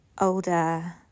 Older